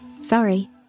Sorry